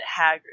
Hagrid